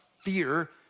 fear